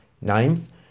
ninth